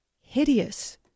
hideous